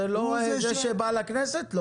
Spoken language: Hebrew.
זה לא זה שבא לכנסת?